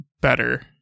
better